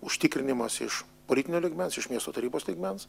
užtikrinimas iš politinio lygmens iš miesto tarybos lygmens